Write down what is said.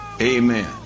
Amen